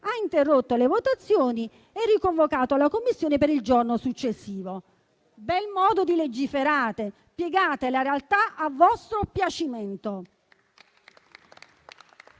ha interrotto le votazioni e riconvocato la Commissione per il giorno successivo. Bel modo di legiferare: piegate la realtà a vostro piacimento.